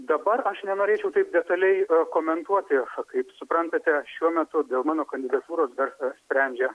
dabar aš nenorėčiau taip detaliai komentuoti kaip suprantate šiuo metu dėl mano kandidatūros dar sprendžia